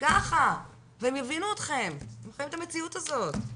ככה והם יבינו אותכם, הם חיים את המציאות הזאת.